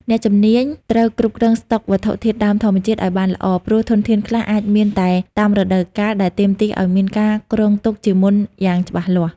អ្នកជំនាញត្រូវគ្រប់គ្រងស្តុកវត្ថុធាតុដើមធម្មជាតិឱ្យបានល្អ ព្រោះធនធានខ្លះអាចមានតែតាមរដូវកាល ដែលទាមទារឱ្យមានការគ្រោងទុកជាមុនយ៉ាងច្បាស់លាស់។